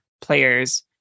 players